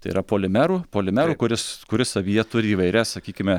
tai yra polimeru polimeru kuris kuris savyje turi įvairias sakykime